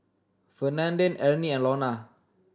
Fernand Arnie and Launa